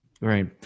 Right